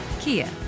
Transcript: Kia